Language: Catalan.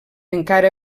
encara